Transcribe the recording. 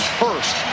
first